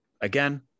again